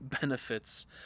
benefits